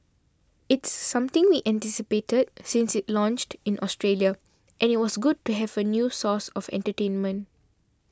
it's something we anticipated since it launched in Australia and it was good to have a new source of entertainment